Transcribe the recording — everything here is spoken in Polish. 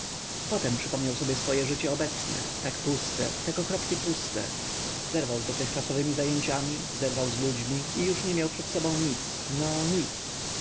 potem przypomniał sobie swoje życie obecne tak puste tak okropnie puste zerwał z dotychczasowemi zajęciami zerwał z ludźmi i już nie miał przed sobą nic no nic